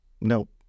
nope